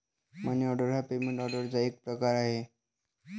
मनी order हा payment ऑर्डरचा एक प्रकार आहे